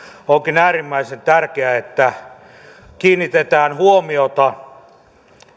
onkin äärimmäisen tärkeää että kiinnitetään huomiota